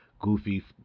goofy